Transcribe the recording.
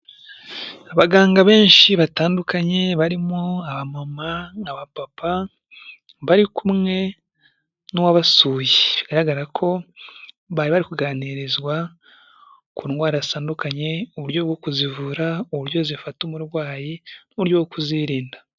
Abaganga benshi batandukanye barimo abamama, abapapa bari kumwe n'uwabasuye, bigaragara ko bari bari kuganirizwa ku ndwara zitandukanye, uburyo bwo kuzivura, uburyo zifata umurwayi n'uburyo bwo kuzirinda.